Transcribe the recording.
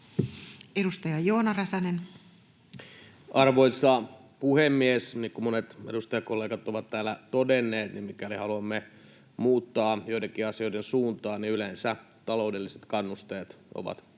18:08 Content: Arvoisa puhemies! Niin kuin monet edustajakollegat ovat täällä todenneet, niin mikäli haluamme muuttaa joidenkin asioiden suuntaa, yleensä taloudelliset kannusteet ovat tähän